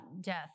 death